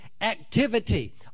activity